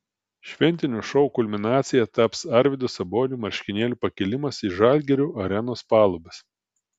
šventinio šou kulminacija taps arvydo sabonio marškinėlių pakėlimas į žalgirio arenos palubes